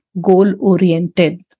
goal-oriented